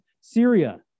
Syria